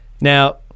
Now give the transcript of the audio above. Now